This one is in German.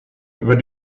über